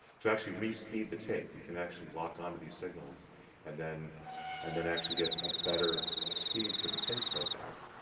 to actually re-speed re-speed the tape, you can actually lock on to these signals and then and then actually get a better speed for the tape playback.